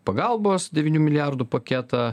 pagalbos devynių milijardų paketą